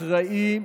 אחראי,